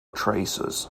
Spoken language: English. traces